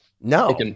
No